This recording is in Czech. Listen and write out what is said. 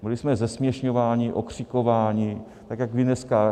Byli jsme zesměšňováni, okřikováni, tak jako vy dneska.